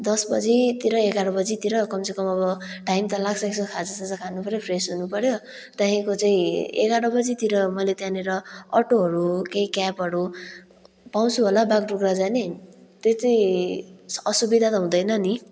दस बजीतिर एघार बजीतिर कम से कम अब टाइम त लाग्छ यसो खाजासाजा खानुपर्यो फ्रेस हुनुपर्यो त्यहाँदेखिको चाहिँ एघार बजीतिर मैले त्यहाँनिर अटोहरू केही क्याबहरू पाउँछु होला बागडुग्रा जाने त्यति असुविधा त हुँदैन नि